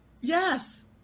Yes